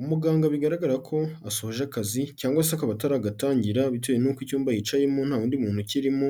Umuganga bigaragara ko asoje akazi cyangwa se akaba ataragatangira, bitewe n'uko icyumba yicayemo nta wundi muntu ukirimo,